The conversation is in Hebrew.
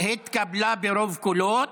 התקבלה ברוב קולות,